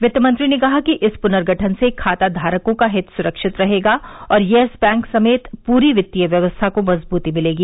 वित्त मंत्री ने कहा कि इस पुनर्गठन से खाताधारकों का हित सुरक्षित रहेगा और येस बैंक समेत पूरी वित्तीय व्यवस्था को मजबूती मिलेगी